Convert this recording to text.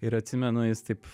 ir atsimenu jis taip